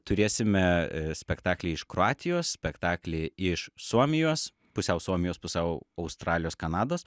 turėsime spektaklį iš kroatijos spektaklį iš suomijos pusiau suomijos pusiau australijos kanados